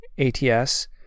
ATS